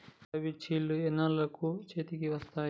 రబీ చేలు ఎన్నాళ్ళకు చేతికి వస్తాయి?